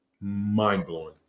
mind-blowing